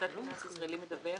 מוסד פיננסי ישראלי מדווח